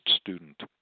student